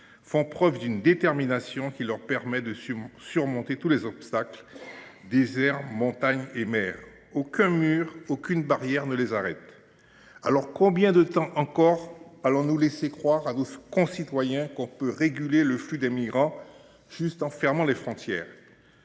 font preuve d’une détermination qui leur permet de surmonter tous les obstacles, qu’il s’agisse de déserts, de montagnes ou de mers. Rien, aucun mur, aucune barrière, ne les arrête. Alors combien de temps encore allons-nous laisser croire à nos concitoyens que l’on peut réguler le flux des migrants juste en fermant les frontières ?